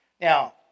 Now